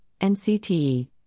NCTE